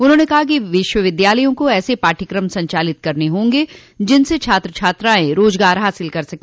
उन्होंने कहा कि विश्वविद्यालयों को ऐसे पाठयक्रम संचालित करने होंगे जिनसे छात्र छात्राएं रोजगार हासिल कर सके